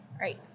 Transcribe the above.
Right